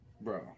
Bro